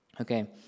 Okay